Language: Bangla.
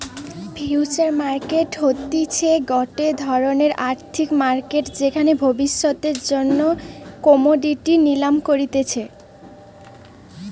ফিউচার মার্কেট হতিছে গটে ধরণের আর্থিক মার্কেট যেখানে ভবিষ্যতের জন্য কোমোডিটি নিলাম করতিছে